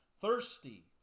thirsty